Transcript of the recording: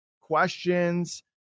questions